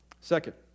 Second